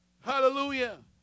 Hallelujah